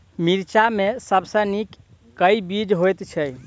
मिर्चा मे सबसँ नीक केँ बीज होइत छै?